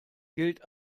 gilt